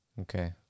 Okay